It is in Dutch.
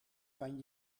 kan